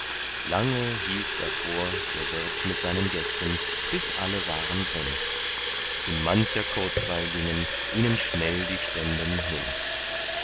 lange hielt davor der wirt mit seinen gästen bis alle waren drin in mancher kurzweil gingen ihnen schnell die stunden hin